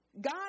God